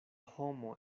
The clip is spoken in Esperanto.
homo